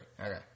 Okay